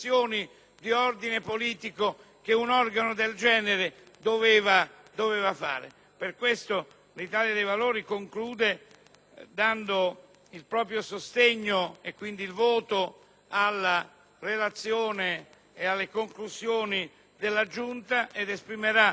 Per questo l'Italia dei Valori intende dare il proprio sostegno alla relazione ed alle conclusioni della Giunta ed esprimerà voto contrario sull'ordine del giorno G1.